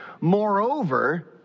Moreover